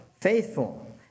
faithful